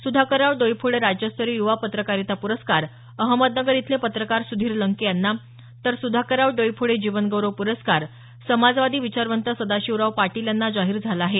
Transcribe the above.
सुधाकरराव डोईफोडे राज्यस्तरीय युवा पत्रकारिता प्रस्कार अहमदनगर इथले पत्रकार सुधीर लंके यांना तर सुधाकरराव डोईफोडे जीवन गौरव प्रस्कार समाजवादी विचारवंत सदाशिवराव पाटील यांना जाहीर झाला आहे